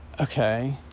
Okay